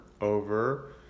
over